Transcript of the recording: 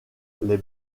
les